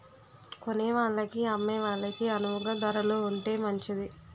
కొనేవాళ్ళకి అమ్మే వాళ్ళకి అణువుగా ధరలు ఉంటే మంచిది